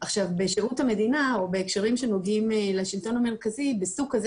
בשירות המדינה או בהקשרים שנוגעים לשלטון המרכזי בסוג כזה